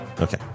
Okay